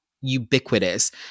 ubiquitous